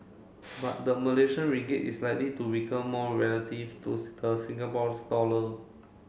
but the Malaysian Ringgit is likely to weaken more relative to the Singapore's dollar